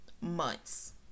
Months